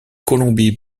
colombie